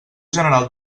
general